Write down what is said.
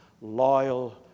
loyal